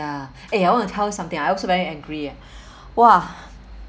ya eh I want to tell you something I also very angry ah !wah!